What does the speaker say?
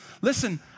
listen